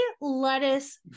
lettuce